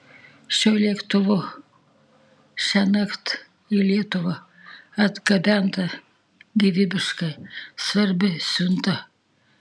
šiuo lėktuvu šiąnakt į lietuvą atgabenta gyvybiškai svarbi siunta